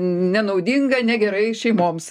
nenaudinga negerai šeimoms